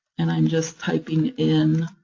and i'm just typing in